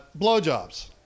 Blowjobs